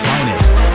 Finest